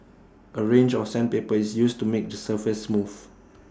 A range of sandpaper is used to make the surface smooth